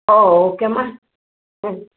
ಓ okay ಮಾ ಹ್ಞೂ